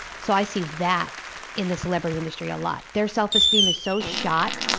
so i see that in the celebrity industry a lot. their self-esteem is so shot,